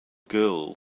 girl